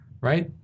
right